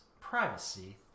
privacy